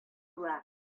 була